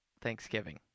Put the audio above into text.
Thanksgiving